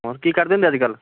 ਹੁਣ ਕੀ ਕਰਦੇ ਹੁੰਦੇ ਅੱਜ ਕੱਲ੍ਹ